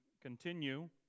continue